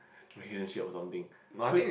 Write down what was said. relationship or something so